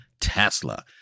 Tesla